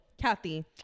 kathy